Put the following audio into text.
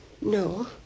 No